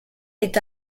est